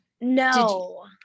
No